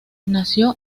nació